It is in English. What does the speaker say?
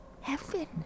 heaven